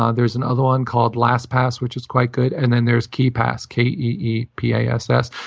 ah there's another one called last pass, which is quite good. and then there's kee pass, k e e, p a s s,